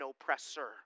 oppressor